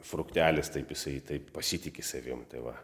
fruktelis taip jisai taip pasitiki savim tai va